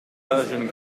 persian